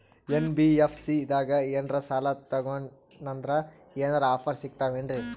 NBFC ದಾಗ ಏನ್ರ ಸಾಲ ತೊಗೊಂಡ್ನಂದರ ಏನರ ಆಫರ್ ಸಿಗ್ತಾವೇನ್ರಿ?